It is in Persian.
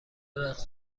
رقص